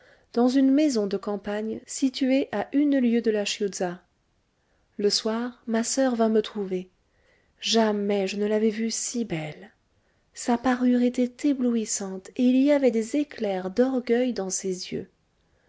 dans une maison de campagne située à une lieue de la chiuza le soir ma soeur vint me trouver jamais je ne l'avais vue si belle sa parure était éblouissante et il y avait des éclairs d'orgueil dans ses yeux